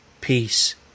peace